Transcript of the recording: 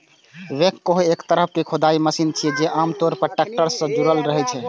backhoe एक तरहक खुदाइ मशीन छियै, जे आम तौर पर टैक्टर सं जुड़ल रहै छै